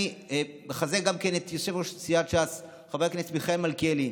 אני מחזק גם את יושב-ראש סיעת ש"ס חבר הכנסת מיכאל מלכיאלי,